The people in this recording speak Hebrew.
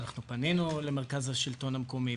אנחנו פנינו למרכז השלטון המקומי,